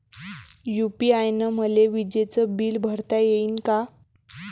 UPI न मले विजेचं बिल भरता यीन का?